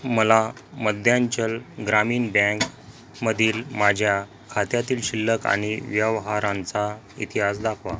मला मध्यांचल ग्रामीण बँक मधील माझ्या खात्यातील शिल्लक आणि व्यवहारांचा इतिहास दाखवा